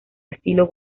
estilo